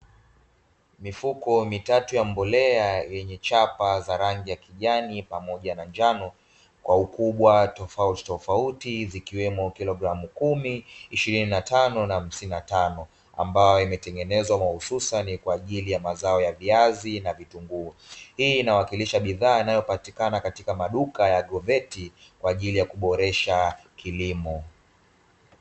Mifuko mitatu ya mbolea yenye chapa za rangi ya kijani pamoja na njano kwa ukubwa tofauti tofauti zikiwemo kilogramu kumi, ishirini na tano na hamsini na tano, ambayo imetengenezwa hususani kwa ajili ya mazao ya viazi na vitunguu, hii inawakilisha bidhaa inayopatikana katika maduka ya agrovet kwa ajili ya kuboresha kilimo.